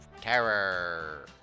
terror